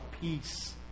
peace